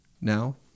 now